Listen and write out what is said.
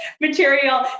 material